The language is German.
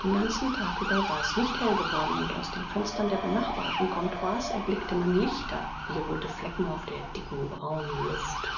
den ganzen tag über war es nicht hell geworden und aus den fenstern der benachbarten comptoirs erblickte man lichter wie rote flecken auf der dicken braunen luft